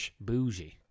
Bougie